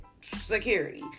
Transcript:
security